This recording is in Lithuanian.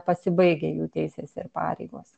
pasibaigia jų teisės ir pareigos